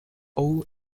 all